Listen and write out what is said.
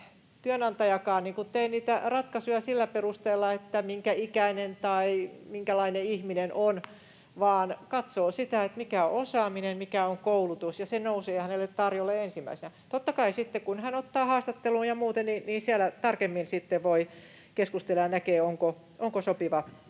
työnantajakaan tee niitä ratkaisuja sillä perusteella, minkä ikäinen tai minkälainen ihminen on, vaan katsoo sitä, mikä on osaaminen, mikä on koulutus, ja se nousee hänelle tarjolle ensimmäisenä. Totta kai sitten, kun hän ottaa haastatteluun ja muuten, siellä tarkemmin sitten voi keskustella ja nähdä, onko sopiva